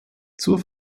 zur